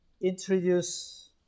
introduce